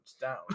down